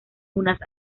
unas